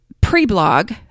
pre-blog